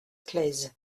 claise